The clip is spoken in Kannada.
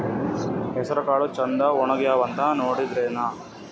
ಹೆಸರಕಾಳು ಛಂದ ಒಣಗ್ಯಾವಂತ ನೋಡಿದ್ರೆನ?